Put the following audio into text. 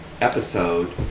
episode